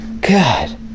God